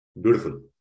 Beautiful